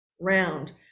round